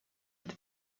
het